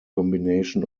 combination